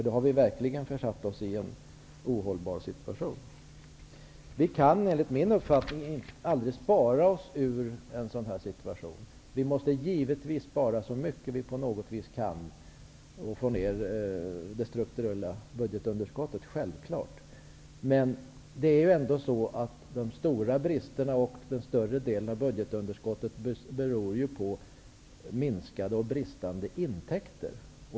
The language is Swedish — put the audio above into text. Då har vi verkligen försatt oss i en ohållbar situation. Vi kan enligt min uppfattning aldrig spara oss ur en sådan här situation. Vi måste givetvis spara så mycket vi på något vis kan för att få ned det strukturella budgetunderskottet. Det är självklart. Men de stora bristerna och större delen av budgetunderskottet beror på minskade och bristande intäkter.